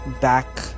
back